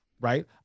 Right